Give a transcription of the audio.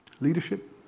leadership